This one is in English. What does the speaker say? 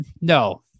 No